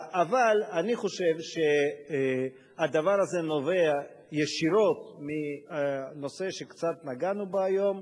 אבל אני חושב שהדבר הזה נובע ישירות מנושא שקצת נגענו בו היום,